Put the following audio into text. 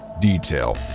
detail